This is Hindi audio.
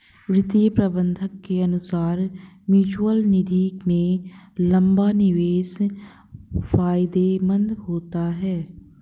वित्तीय प्रबंधक के अनुसार म्यूचअल निधि में लंबा निवेश फायदेमंद होता है